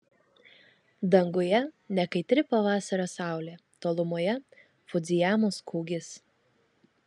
danguje nekaitri pavasario saulė tolumoje fudzijamos kūgis